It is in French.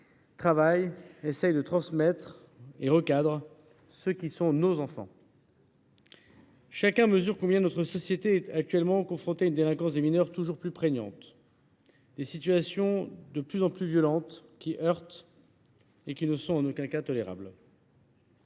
humanité, s’efforcent de recadrer ceux qui sont nos enfants. Chacun mesure combien notre société est actuellement confrontée à une délinquance des mineurs toujours plus prégnante et à des situations de plus en plus violentes qui heurtent et qui ne sont en aucun cas tolérables.